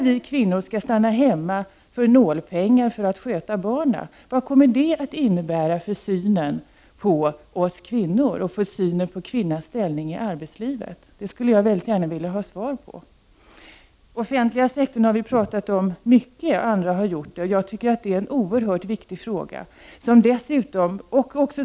Vad kommer det att innebära för synen på oss kvinnor och för synen på kvinnans ställning i arbetslivet om vi kvinnor skall stanna hemma för nålpengar för att sköta barnen? Det skulle jag mycket gärna vilja ha svar på. Den offentliga sektorn har vi talat mycket om. Jag anser att frågan om den offentliga sektorn är mycket viktig.